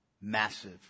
Massive